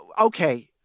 Okay